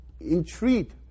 entreat